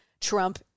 Trump